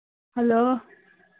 hello